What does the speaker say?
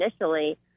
initially